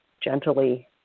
gently